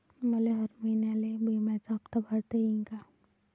मले हर महिन्याले बिम्याचा हप्ता भरता येईन का?